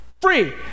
Free